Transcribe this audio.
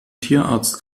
tierarzt